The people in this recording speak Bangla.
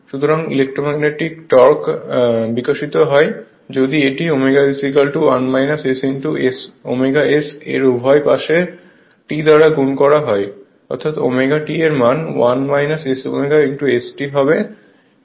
সুতরাং ইলেক্ট্রোম্যাগনেটিক টর্ক বিকশিত হয় যদি এটি ω ω S এর উভয় পাশে t দ্বারা গুণ করে ω T এর মান 1 S ω ST হবে